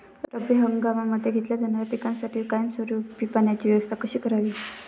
रब्बी हंगामामध्ये घेतल्या जाणाऱ्या पिकांसाठी कायमस्वरूपी पाण्याची व्यवस्था कशी करावी?